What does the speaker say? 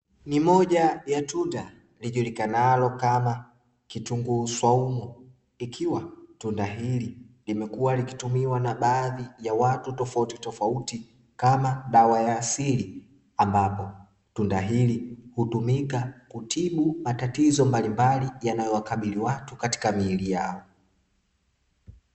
Ni moja ya tunda lijulikanalo kama kitunguu swaumu ikiwa tunda hili limekuwa likitumiwa na baadhi ya watu tofautitofauti kama dawa ya asili, ambapo tunda hili hutumika kutibu matatizo mbalimbali yanayowakabili watu katika miili yao.